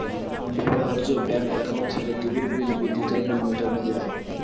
ব্যবহার্য bank account থেকে টিভির বিল, বিদ্যুতের বিল মেটানো যায়